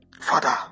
father